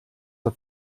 der